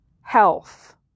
health